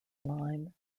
line